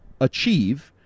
achieve